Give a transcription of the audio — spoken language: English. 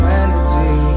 energy